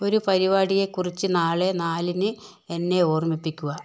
ഒരു പരിപാടിയെക്കുറിച്ച് നാളെ നാലിന് എന്നെ ഓർമ്മിപ്പിക്കുക